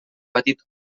petit